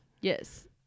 Yes